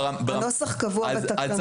הנוסח קבוע בתקנות, והוא אומר: